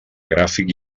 gràfic